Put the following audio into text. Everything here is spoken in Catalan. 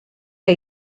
que